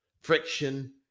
friction